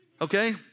Okay